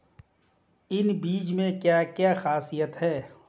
इन बीज में क्या क्या ख़ासियत है?